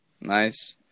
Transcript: nice